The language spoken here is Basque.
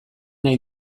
nahi